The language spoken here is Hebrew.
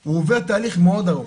הוא עובר תהליך מאוד ארוך,